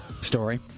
Story